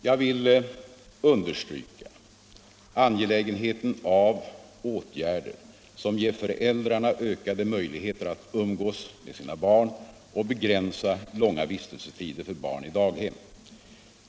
Jag vill understryka angelägenheten av åtgärder som ger föräldrarna ökade möjligheter att umgås med sina barn och begränsa långa vistelsetider för barn på daghem.